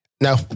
No